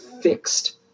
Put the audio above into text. fixed